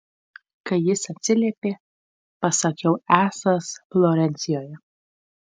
kai jis atsiliepė pasakiau esąs florencijoje